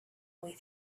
way